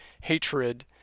hatred